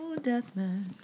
deathmatch